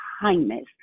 kindness